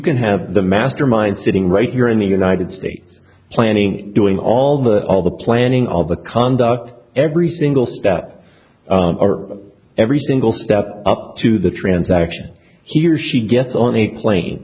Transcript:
can have the mastermind sitting right here in the united states planning doing all that all the planning all the conduct every single step or every single step up to the transaction he or she gets on a plane